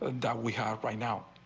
and we have right now.